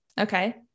okay